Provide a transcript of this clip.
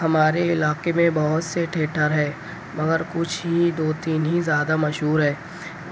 ہمارے علاقہ میں بہت سے تھیٹر ہیں مگر کچھ ہی دو تین ہی زیادہ مشہور ہیں